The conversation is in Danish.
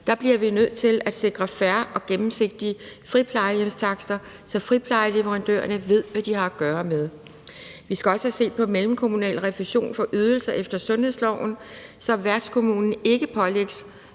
Der bliver vi nødt til at sikre færre og gennemsigtige friplejehjemstakster, så friplejeleverandørerne ved, hvad de har at gøre med. Vi skal også have set på mellemkommunal refusion for ydelser efter sundhedsloven, så værtskommunen ikke pålægges